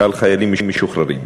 חיילים משוחררים.